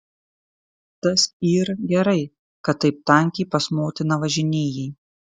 tas yr gerai kad taip tankiai pas motiną važinėjai